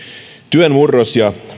työn murros ja